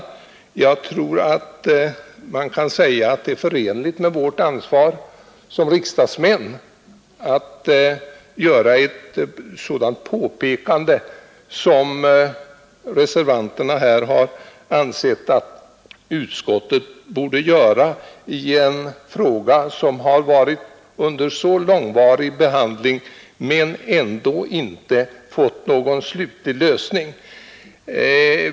Jag tror att man kan säga att det är förenligt med vårt ansvar som riksdagsledamöter att göra ett sådant påpekande som reservanterna har ansett att utskottet borde göra. Det här är en fråga som varit under mycket långvarig behandling men ändå inte fått någon slutlig lösning.